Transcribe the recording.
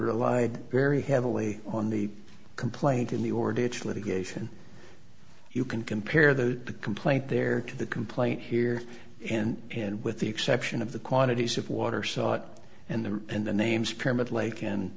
relied very heavily on the complaint in the order which litigation you can compare the complaint there to the complaint here and and with the exception of the quantities of water sought and the in the names pyramid lake and